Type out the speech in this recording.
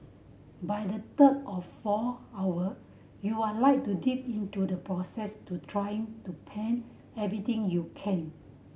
by the third or fourth hour you are like deep into the process to trying to paint everything you can